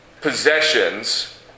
possessions